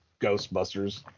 ghostbusters